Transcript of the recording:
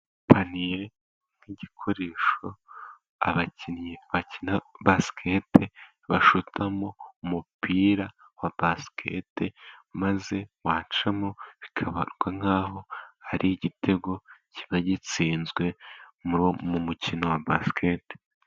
Ipaniye ni igikoresho abakinnyi bakina basketl bashotamo umupira wa basikete, maze wacamo bikabarwa nkaho ari igitego kiba gitsinzwe mu mukino wa basiketi.